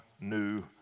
new